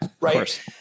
Right